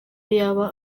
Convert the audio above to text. yaba